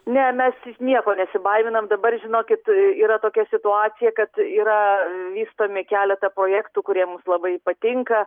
ne mes nieko nesibaiminam dabar žinokit tai yra tokia situacija kad yra vystomi keleta projektų kurie mums labai patinka